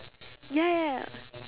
ya ya